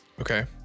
Okay